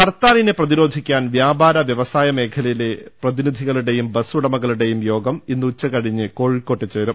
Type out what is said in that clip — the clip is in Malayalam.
ഹർത്താലിനെ പ്രതിരോധിക്കാൻ പ്യാപാര വ്യവസായ മേഖലയിലെ പ്രതിനിധികളുടെയും ബസുടമകളുടെയും യോഗം ഇന്ന് ഉച്ചകഴിഞ്ഞ് കോഴിക്കോട്ട് ചേരും